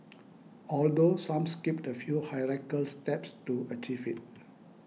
although some skipped a few hierarchical steps to achieve it